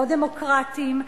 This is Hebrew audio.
לא דמוקרטיים,